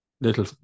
little